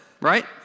right